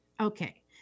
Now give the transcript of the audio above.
Okay